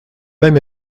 même